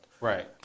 Right